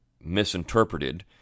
misinterpreted